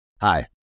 Hi